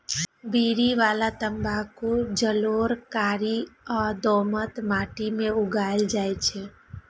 बीड़ी बला तंबाकू जलोढ़, कारी आ दोमट माटि मे उगायल जाइ छै